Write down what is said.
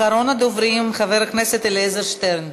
אחרון הדוברים, חבר הכנסת אליעזר שטרן.